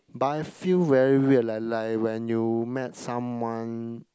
but I feel very weird leh like when you met someone